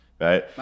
right